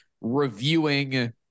reviewing